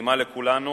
נעימה לכולנו